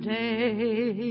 day